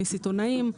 מסיטונאים,